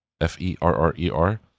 F-E-R-R-E-R